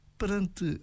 perante